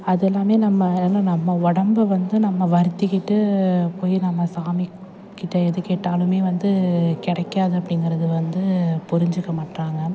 அது எல்லாமே நம்ம ஏன்னா நம்ம உடம்பு வந்து நம்ம வருத்திக்கிட்டு போய் நம்ம சாமிக்கிட்டே எது கேட்டாலுமே வந்து கிடைக்காது அப்டிங்கிறது வந்து புரிஞ்சுக்க மாட்றாங்க